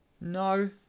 No